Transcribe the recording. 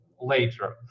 later